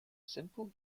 simple